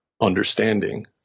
understanding